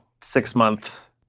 six-month